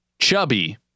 Chubby